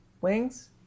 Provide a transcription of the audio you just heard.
Wings